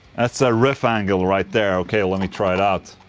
that's a riff angle right there. okay, let me try it out.